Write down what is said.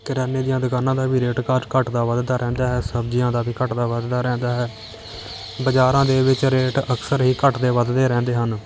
ਕਰਿਆਨੇ ਦੀਆਂ ਦੁਕਾਨਾਂ ਦਾ ਵੀ ਰੇਟ ਘੱਟ ਘੱਟਦਾ ਵੱਧਦਾ ਰਹਿੰਦਾ ਹੈ ਸਬਜ਼ੀਆਂ ਦਾ ਵੀ ਘੱਟਦਾ ਵੱਧਦਾ ਰਹਿੰਦਾ ਹੈ ਬਾਜ਼ਾਰਾਂ ਦੇ ਵਿੱਚ ਰੇਟ ਅਕਸਰ ਹੀ ਘੱਟਦੇ ਵੱਧਦੇ ਰਹਿੰਦੇ ਹਨ